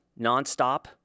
nonstop